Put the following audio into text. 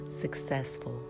successful